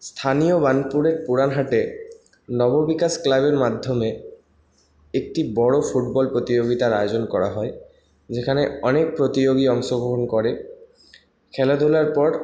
স্থানীয় বার্নপুরের পুরাণ হাটে নগরবিকাশ ক্লাবের মাধ্যমে একটি বড় ফুটবল প্রতিযোগিতার আয়োজন করা হয় যেখানে অনেক প্রতিযোগী অংশগ্রহণ করে খেলাধুলার পর